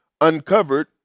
uncovered